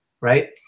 right